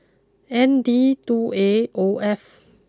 N D two A O F